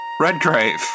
Redgrave